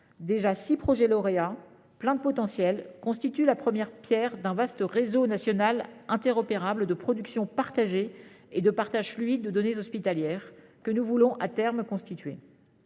sélectionnés. Ces lauréats, pleins de potentiel, constituent la première pierre d'un vaste réseau national interopérable de production partagée et de partage fluide de données hospitalières que nous voulons, à terme, constituer.